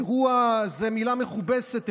אירוע זה מילה מכובסת,